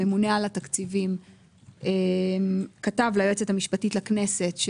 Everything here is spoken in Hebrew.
הממונה על התקציבים כתב ליועצת המשפטית לכנסת,